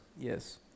Yes